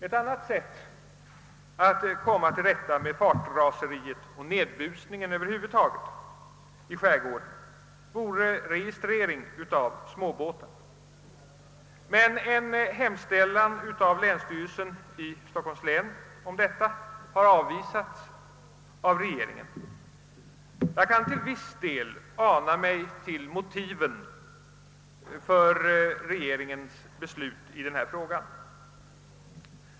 Ett annat sätt att komma till rätta med fartraseriet och nedbusningen över huvud taget i skärgården vore en registrering av småbåtarna. Men en hemställan av länsstyrelsen i Stockholms län härom har avvisats av regeringen. Jag kan till viss del ana mig till motiven för regeringens beslut i den frågan.